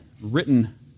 written